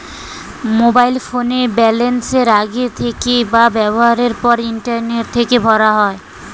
mobile ফোনের balance আগের থেকে বা ব্যবহারের পর ইন্টারনেট থেকে ভরা যায়